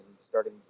starting